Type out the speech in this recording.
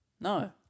No